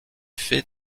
fait